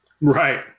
Right